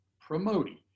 promoting